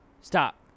Stop